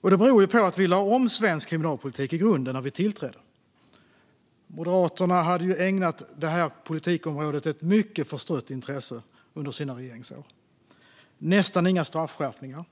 Detta beror på att vi lade om svensk kriminalpolitik i grunden när vi tillträdde. Moderaterna hade ägnat det här politikområdet ett mycket förstrött intresse under sina regeringsår. Det var nästan inga straffskärpningar,